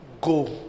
go